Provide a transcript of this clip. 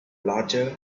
larger